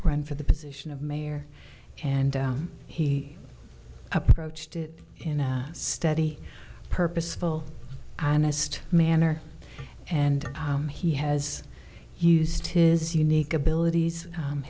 run for the position of mayor and he approached it in a steady purposeful imust manner and he has used his unique abilities